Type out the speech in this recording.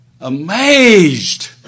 amazed